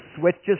switches